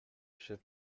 chef